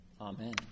Amen